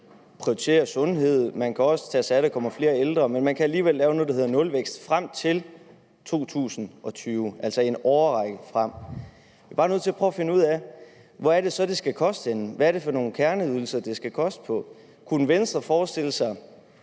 kan man nemlig prioritere sundhed, man kan også tage sig af, at der kommer flere ældre, men man kan alligevel lave noget, der hedder nulvækst frem til år 2020, altså en årrække frem. Jeg er bare nødt til at prøve at finde ud af, hvor det så er, det skal koste henne. Hvad er det for nogle kerneydelser, det skal koste på? Kunne Venstre forestille sig,